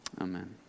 Amen